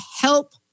help